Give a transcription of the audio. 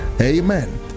amen